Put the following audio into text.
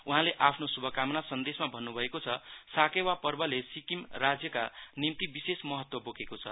उहाँले आफ्नो शुभकामना सन्देशसमा भन्नुभएको छ साकेवा पर्वले सिक्किम राज्यका निम्ति विशेष महत्व बोकेको छ